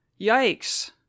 Yikes